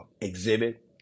exhibit